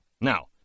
Now